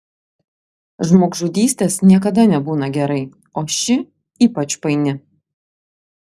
žmogžudystės niekada nebūna gerai o ši ypač paini